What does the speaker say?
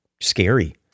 scary